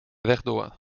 rechtdoor